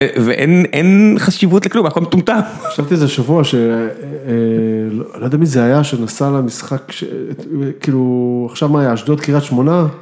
‫ואין אין חשיבות לכלום, ‫הכול מטומטם. ‫חשבתי איזה שבוע שלא יודע מי זה היה ‫שנסע למשחק כאילו... ‫עכשיו מה היה, ‫אשדוד קריית שמונה?